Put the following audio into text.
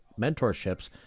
mentorships